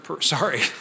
Sorry